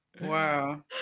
Wow